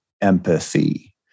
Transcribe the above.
empathy